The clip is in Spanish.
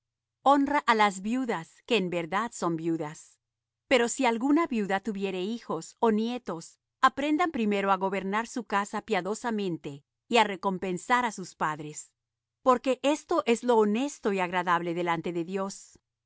honra á las viudas que en verdad son viudas pero si alguna viuda tuviere hijos ó nietos aprendan primero á gobernar su casa piadosamente y á recompensar á sus padres porque esto es lo honesto y agradable delante de dios